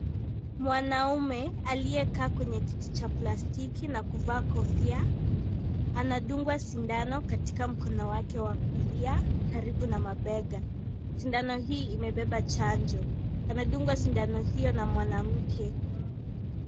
Mwanaume aliyekaa kwenye kiti cha plastiki na kuvaa kofia anadungwa sindano katika mkono wake wa kulia karibu na mabega, sindano hii imebeba chanjo, anadungwa sindano hii na mwanamke.